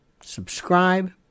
Subscribe